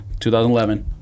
2011